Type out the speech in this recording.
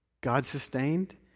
God-sustained